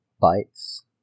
bites